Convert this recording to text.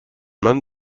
man